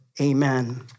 Amen